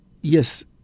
yes